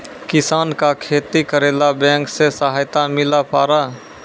किसान का खेती करेला बैंक से सहायता मिला पारा?